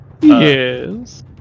Yes